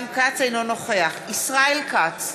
אינו נוכח ישראל כץ,